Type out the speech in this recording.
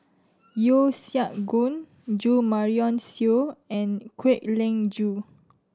Yeo Siak Goon Jo Marion Seow and Kwek Leng Joo